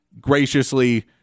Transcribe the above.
graciously